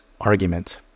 argument